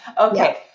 Okay